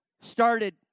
started